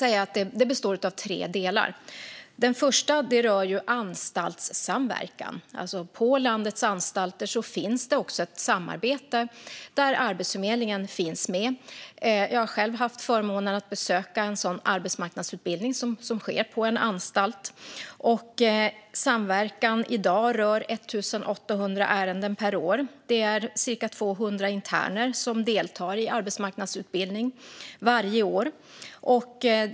Den första rör anstaltssamverkan. På landets anstalter finns det ett samarbete med Arbetsförmedlingen. Jag hade förmånen att besöka en arbetsmarknadsutbildning på en anstalt. Det rör sig om 1 800 ärenden per år, och det är cirka 200 interner som deltar i arbetsmarknadsutbildning varje år.